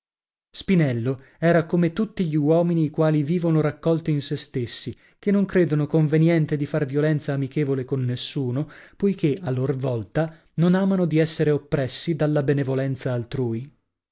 spinello era come tutti gli uomini i quali vivono raccolti in sè stessi che non credono conveniente di far violenza amichevole con nessuno poichè a lor volta non amano di essere oppressi dalla benevolenza altrui